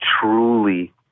truly